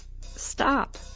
Stop